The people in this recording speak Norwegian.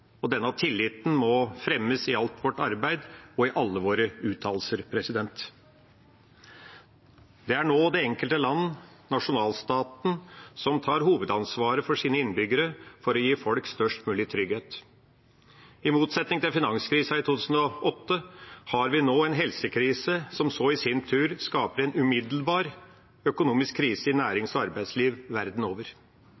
og denne tilliten må fremmes i alt vårt arbeid og i alle våre uttalelser. Det er nå det enkelte land, nasjonalstaten, som tar hovedansvaret for sine innbyggere for å gi folk størst mulig trygghet. I motsetning til finanskrisen i 2008 har vi nå en helsekrise, som i sin tur skaper en umiddelbar økonomisk krise i